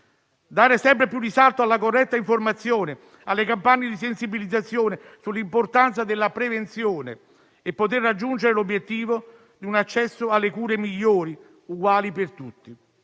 Dare sempre più risalto alla corretta informazione, alle campagne di sensibilizzazione sull'importanza della prevenzione e poter raggiungere l'obiettivo di un accesso alle cure migliori, uguali per tutti.